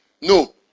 No